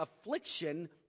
affliction